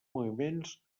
moviments